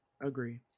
agree